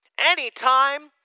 Anytime